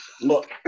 Look